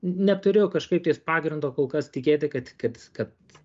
neturiu kažkaip tais pagrindo kol kas tikėti kad kad kad